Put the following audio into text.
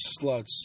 sluts